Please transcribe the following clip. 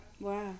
Wow